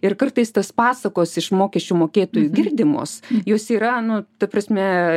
ir kartais tos pasakos iš mokesčių mokėtojų girdimos jos yra nu ta prasme